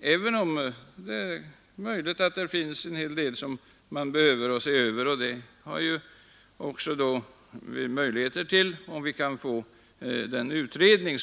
även om det är möjligt att det finns en del som behöver ses över. Det har vi också möjligheter till om vi kan få den begärda utredningen.